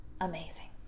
amazing